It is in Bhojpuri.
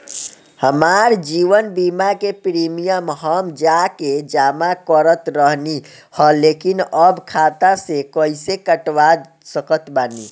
हमार जीवन बीमा के प्रीमीयम हम जा के जमा करत रहनी ह लेकिन अब खाता से कइसे कटवा सकत बानी?